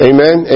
Amen